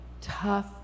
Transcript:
tough